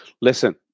Listen